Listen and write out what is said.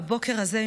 והבוקר הזה,